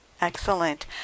Excellent